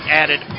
added